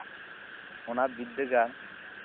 ᱚᱱᱟ ᱵᱤᱫᱽᱫᱟᱹᱜᱟᱲ